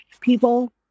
people